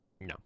No